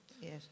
Yes